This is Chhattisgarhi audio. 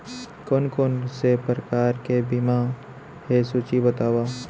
कोन कोन से प्रकार के बीमा हे सूची बतावव?